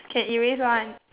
can erase [one]